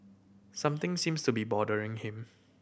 something seems to be bothering him